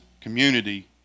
community